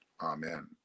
Amen